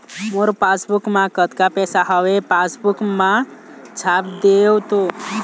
मोर passbook मा कतका पैसा हवे पासबुक मा छाप देव तो?